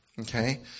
okay